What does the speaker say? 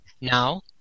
now